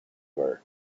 her